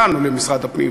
הגענו למשרד הפנים,